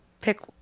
pick